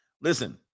listen